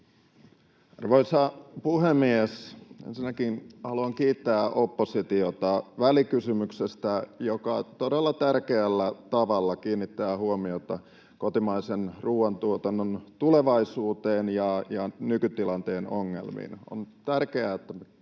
Arvoisa puhemies! Ensinnäkin haluan kiittää oppositiota välikysymyksestä, joka todella tärkeällä tavalla kiinnittää huomiota kotimaisen ruuantuotannon tulevaisuuteen ja nykytilanteen ongelmiin. On tärkeää, että